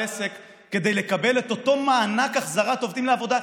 עסק כדי לקבל את אותו מענק החזרת עובדים לעבודה,